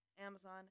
Amazon